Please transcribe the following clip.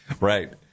Right